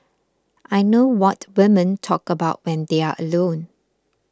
I know what women talk about when they're alone